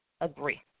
agree